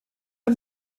der